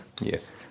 Yes